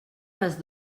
les